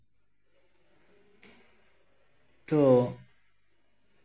ᱛᱚ